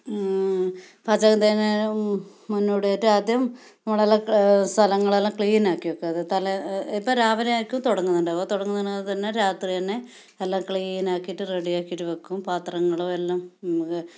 പാചകം ചെയ്യുന്നതിന് മുന്നോടി ആയിട്ട് ആദ്യം നമ്മളെല്ലാം സ്ഥലങ്ങളെല്ലാം ക്ലീൻ ആക്കി വയ്ക്കും അത് തലേ ഇപ്പം രാവിലെ ആയിരിക്കും തുടങ്ങുന്നുണ്ടാവുക തുടങ്ങുന്നതിന് തന്നെ രാത്രി തന്നെ എല്ലാം ക്ലീൻ ആക്കിയിട്ട് റെഡി ആക്കിയിട്ട് വയ്ക്കും പാത്രങ്ങളും എല്ലാം